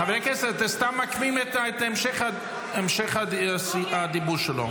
חברי הכנסת, אתם סתם מעכבים את המשך הדיבור שלו.